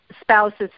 spouses